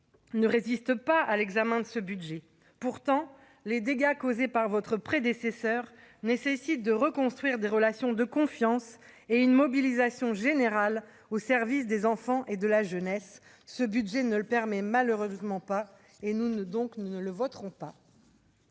ne résiste pas à l'examen de ce budget, pourtant les dégâts causés par votre prédécesseur, nécessite de reconstruire des relations de confiance et une mobilisation générale au service des enfants et de la jeunesse, ce budget ne le permet malheureusement pas et nous ne donc nous ne le voterons pas.